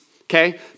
okay